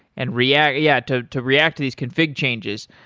and react yeah, to to react to these config changes.